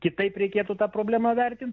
kitaip reikėtų tą problemą vertint